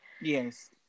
Yes